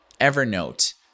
Evernote